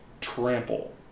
Trample